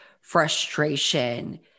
frustration